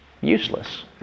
useless